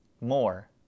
more